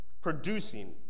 Producing